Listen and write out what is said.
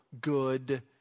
good